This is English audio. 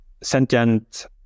sentient